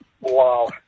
Wow